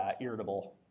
irritable